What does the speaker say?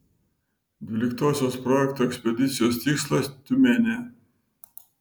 dvyliktosios projekto ekspedicijos tikslas tiumenė